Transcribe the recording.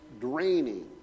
draining